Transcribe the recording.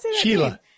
Sheila